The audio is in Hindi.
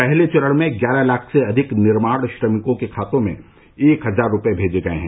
पहले चरण में ग्यारह लाख से अधिक निर्माण श्रमिकों के खाते में एक हजार रूपये भेजे गये हैं